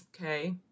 Okay